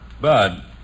Bud